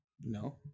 No